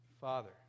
Father